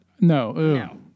No